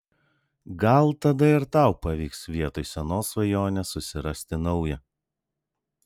gal tada ir tau pavyks vietoj senos svajonės susirasti naują